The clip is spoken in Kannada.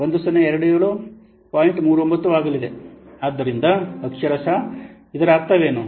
ಆದ್ದರಿಂದ ಅಕ್ಷರಶಃ ಅದರ ಅರ್ಥವೇನು